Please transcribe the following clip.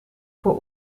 voor